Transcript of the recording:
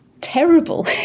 terrible